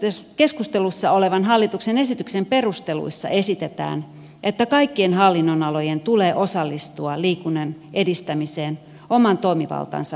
nyt keskustelussa olevan hallituksen esityksen perusteluissa esitetään että kaikkien hallinnonalojen tulee osallistua liikunnan edistämiseen oman toimivaltansa puitteissa